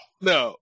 No